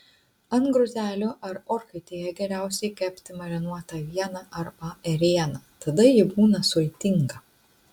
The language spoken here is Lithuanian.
ant grotelių ar orkaitėje geriausiai kepti marinuotą avieną arba ėrieną tada ji būna sultinga